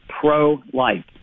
pro-life